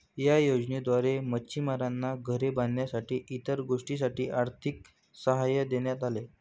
या योजनेद्वारे मच्छिमारांना घरे बांधण्यासाठी इतर गोष्टींसाठी आर्थिक सहाय्य देण्यात आले